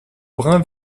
brun